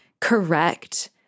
Correct